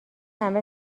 همه